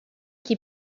qui